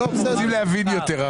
אנחנו רוצים להבין.